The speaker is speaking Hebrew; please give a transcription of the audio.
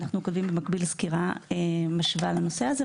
אנחנו כותבים במקביל סקירה משווה בנושא הזה,